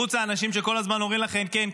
מחוץ לאנשים שכל הזמן אומרים לכם: כן,